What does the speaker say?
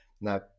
Now